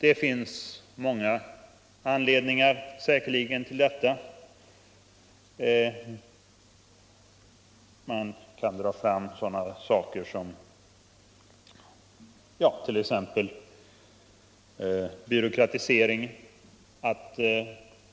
Det finns säkerligen många anledningar till detta. Man kan dra fram sådant som byråkratiseringen —